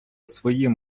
своїм